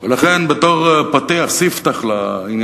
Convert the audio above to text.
אני רואה שאני צריך לסיים.